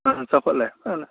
ꯑꯥ ꯆꯥꯎꯈꯠꯂꯦ ꯐꯖꯅ